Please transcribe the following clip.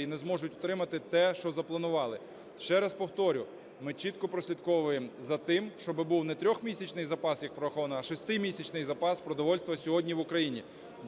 і не зможуть утримати те, що запланували. Ще раз повторю, ми чітко прослідковуємо за тим, щоб був не 3-місячний запас, як враховано, а 6-місячний запас продовольства сьогодні в Україні.